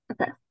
Okay